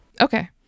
Okay